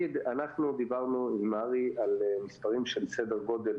דיברנו עם הר"י על סדר גודל